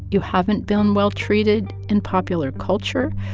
you haven't been well-treated in popular culture.